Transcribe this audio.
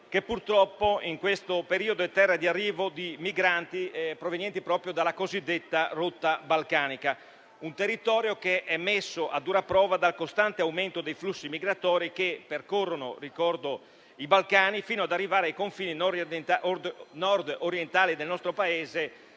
che purtroppo in questo periodo è terra di arrivo di migranti provenienti proprio dalla cosiddetta rotta balcanica e che quindi è messo a dura prova dal costante aumento dei flussi migratori che percorrono i Balcani fino ad arrivare ai confini nord-orientali del nostro Paese,